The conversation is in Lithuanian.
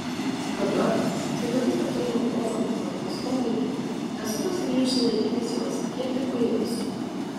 dabar kai pati patyriau ozo metodikos poveikį esu pasiryžusi laikytis jos kiek tik pajėgsiu